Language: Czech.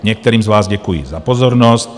Některým z vás děkuji za pozornost.